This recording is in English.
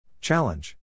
Challenge